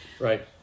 Right